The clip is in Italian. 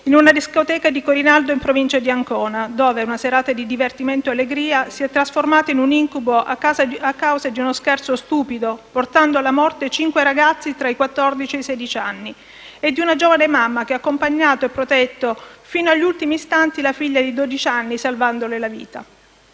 in una discoteca di Corinaldo, in provincia di Ancona, dove una serata di divertimento e allegria si è trasformata in un incubo, a causa di uno scherzo stupido, portando alla morte i cinque ragazzi tra i quattordici e i sedici anni e di una giovane mamma che ha accompagnato e protetto fino agli ultimi istanti la figlia di dodici anni, salvandole la vita.